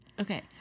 Okay